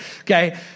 okay